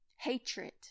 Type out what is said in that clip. hatred